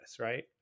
right